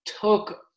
took